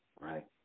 right